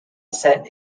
set